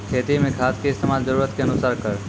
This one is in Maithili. खेती मे खाद के इस्तेमाल जरूरत के अनुसार करऽ